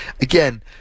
Again